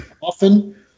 often